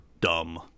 dumb